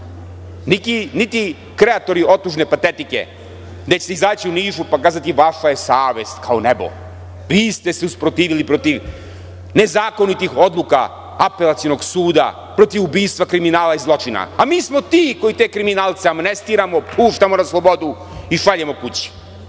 niti kreatori otužne patetike gde ćete izaći u Nišu pa kazati – vaša je savest kao nebo, vi ste se usprotivili protiv nezakonitih odluka Apelacionog suda, protiv ubistva, kriminala i zločina, a mi smo ti koje te kriminalce amnestiramo, puštamo na slobodu i šaljemo kući.